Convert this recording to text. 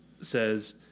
says